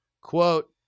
Quote